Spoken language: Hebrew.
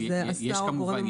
אם זה השר או גורם ממונה?